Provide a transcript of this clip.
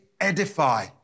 edify